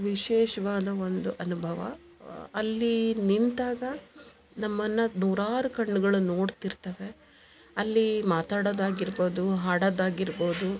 ವಿಶೇಷವಾದ ಒಂದು ಅನುಭವ ಅಲ್ಲಿ ನಿಂತಾಗ ನಮ್ಮನ್ನ ನೂರಾರು ಕಣ್ಗಳು ಅಲ್ಲಿ ಮಾತಾಡದಾಗಿರ್ಬೋದು ಹಾಡದಾಗಿರ್ಬೋದು